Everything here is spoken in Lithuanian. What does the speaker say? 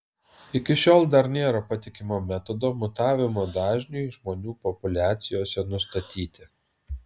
iki šiol dar nėra patikimo metodo mutavimo dažniui žmonių populiacijose nustatyti